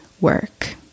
work